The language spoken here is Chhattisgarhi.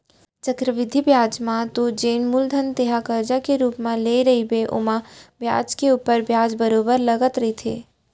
चक्रबृद्धि बियाज म तो जेन मूलधन तेंहा करजा के रुप म लेय रहिबे ओमा बियाज के ऊपर बियाज बरोबर लगते रहिथे